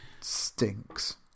stinks